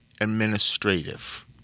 administrative